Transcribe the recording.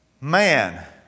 man